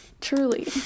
Truly